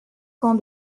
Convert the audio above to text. camp